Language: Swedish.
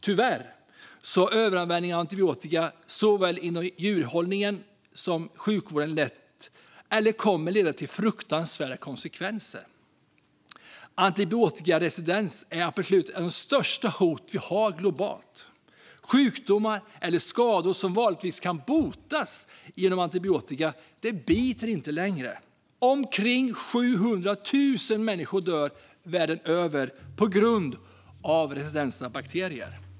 Tyvärr har överanvändningen av antibiotika såväl inom djurhållningen som inom sjukvården lett till eller kommer att leda till fruktansvärda konsekvenser. Antibiotikaresistens är ett av de absolut störta hot som vi har globalt. Antibiotika som vanligtvis kan användas för att bota sjukdomar och skador biter inte längre. Omkring 700 000 människor varje år dör världen över på grund av resistenta bakterier.